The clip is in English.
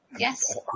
Yes